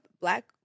black